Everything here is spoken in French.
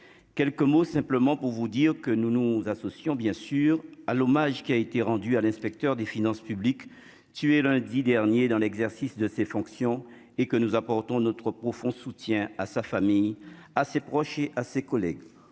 d'quelques mots simplement pour vous dire que nous nous associons bien sûr à l'hommage qui a été rendu à l'inspecteur des finances publiques, tué lundi dernier dans l'exercice de ses fonctions et que nous apportons notre profond soutien à sa famille, à ses proches et à ses collègues,